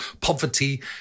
poverty